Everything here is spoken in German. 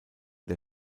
der